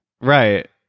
Right